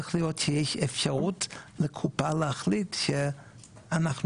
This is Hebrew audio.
צריך לראות שיש אפשרות לקופה להחליט שאנחנו